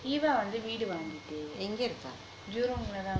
வந்து வீடு வாங்கிட்டு:vanthu veedu vangittu jerom lah தான்:than